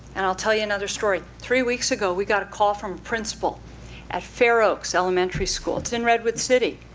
and i'll tell you another story. three weeks ago, we got a call from a principal at fair oaks elementary school. it's in redwood city.